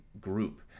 group